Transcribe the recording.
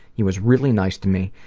he was really nice to me.